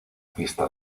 pista